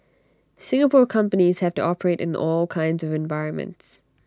Singapore companies have to operate in all kinds of environments